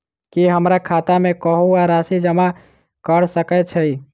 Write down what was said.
की हमरा खाता मे केहू आ राशि जमा कऽ सकय छई?